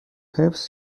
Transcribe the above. حفظ